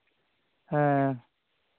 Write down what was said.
ᱦᱮᱸ